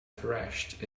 thrashed